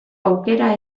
aukera